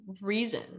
reason